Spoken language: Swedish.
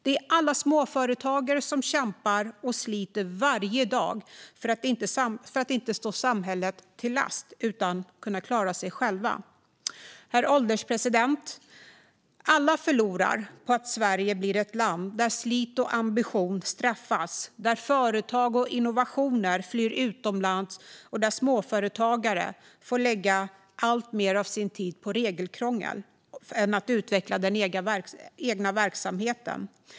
Det är alla småföretagare som kämpar och sliter varje dag för att inte ligga samhället till last utan kunna klara sig själva. Herr ålderspresident! Alla förlorar på att Sverige blir ett land där slit och ambition straffas, där företag och innovationer flyr utomlands och där småföretagare får lägga alltmer av sin tid på regelkrångel i stället för på att utveckla den egna verksamheten.